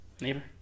neighbor